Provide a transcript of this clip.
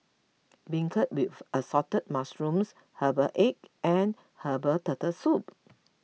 Beancurd with Assorted Mushrooms Herbal Egg and Herbal Turtle Soup